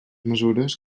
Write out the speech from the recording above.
mesures